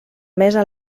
mesa